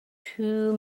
too